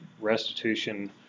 restitution